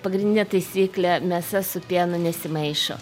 pagrindinė taisyklė mėsa su pienu nesimaišo